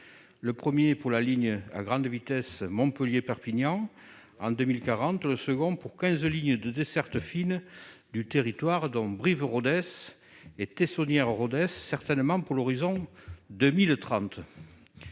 le 1er pour la ligne à grande vitesse, Montpellier, Perpignan en 2040 secondes pour 15 lignes de desserte fine du territoire dont Brive-Rodez et Teissonnière Rodez certainement pour l'horizon 2030,